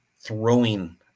throwing